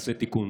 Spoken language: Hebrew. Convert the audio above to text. תעשה תיקון.